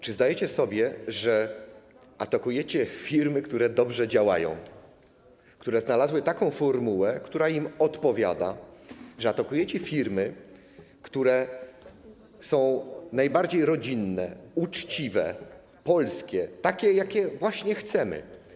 Czy zdajecie sobie sprawę, że atakujecie firmy, które dobrze działają, które znalazły taką formułę, która im odpowiada, że atakujecie firmy, które są najbardziej rodzinne, uczciwe, polskie, takie, jakich właśnie chcemy?